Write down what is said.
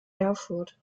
erfurt